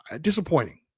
disappointing